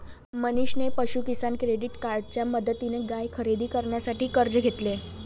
मनीषने पशु किसान क्रेडिट कार्डच्या मदतीने गाय खरेदी करण्यासाठी कर्ज घेतले